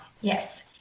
Yes